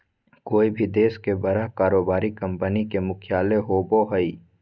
कोय भी देश के बड़ा कारोबारी कंपनी के मुख्यालय होबो हइ